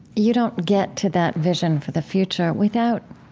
you don't get to that vision for the future without